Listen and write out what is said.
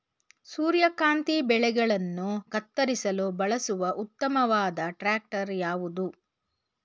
ಸೂರ್ಯಕಾಂತಿ ಬೆಳೆಗಳನ್ನು ಕತ್ತರಿಸಲು ಬಳಸುವ ಉತ್ತಮವಾದ ಟ್ರಾಕ್ಟರ್ ಯಾವುದು?